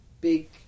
Big